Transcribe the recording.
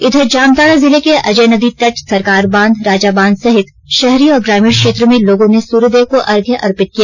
इधर जामताड़ा जिले के अजय नदी तट सरकार बांध राजाबांध सहित शहरी और ग्रामीण क्षेत्र में लोगों ने सूर्यदेव को अर्घ्य अर्पित किया